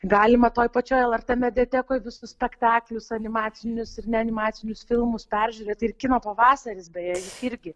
galima toj pačioj lrt mediatekoj visus spektaklius animacinius ir ne animacinius filmus peržiūrėti ir kino pavasaris beje irgi